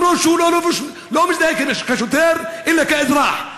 למרות שהוא לא לבוש, לא מזדהה כשוטר אלא כאזרח.